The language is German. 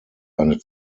eine